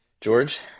George